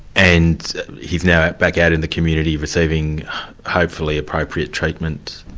and he's now back out in the community receiving hopefully appropriate treatment?